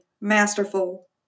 masterful